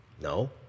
No